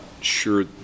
sure